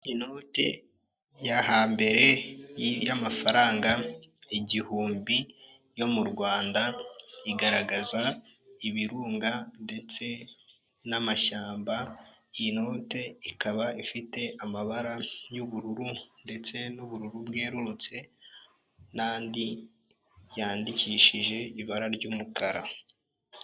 Inoti ya hambere y'amafaranga igihumbi yo mu Rwanda igaragaza ibirunga ndetse n'amashyamba, iyi note ikaba ifite amabara y'ubururu ndetse n'ubururu bwerurutse n'andi yandikishije ibara ry'umukara.